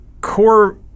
core